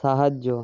সাহায্য